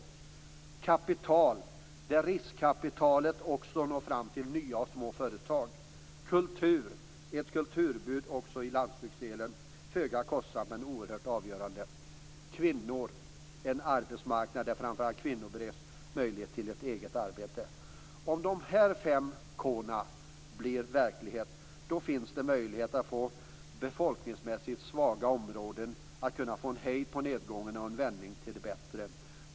Det handlar om kapital, där riskkapitalet också når fram till nya och små företag. Det handlar om kultur, ett kulturutbud också i landsbygden. Det är föga kostsamt men oerhört avgörande. Slutligen handlar det om kvinnor, en arbetsmarknad där framför allt kvinnor bereds möjlighet till ett eget arbete. Om de här fem "k:na" blir verklighet, då finns en möjlighet för befolkningsmässigt svaga områden att kunna få hejd på nedgången och en vändning till det bättre.